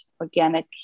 organic